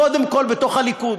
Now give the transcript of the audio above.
קודם כול בתוך הליכוד.